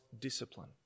discipline